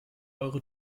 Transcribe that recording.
eure